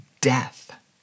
Death